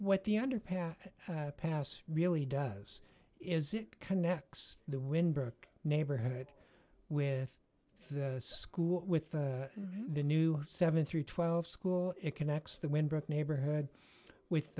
what the underpass past really does is it connects the wynberg neighborhood with the school with the new seven through twelve school it connects the wind brook neighborhood with